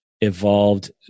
evolved